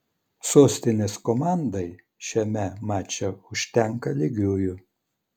sostinės komandai šiame mače užtenka lygiųjų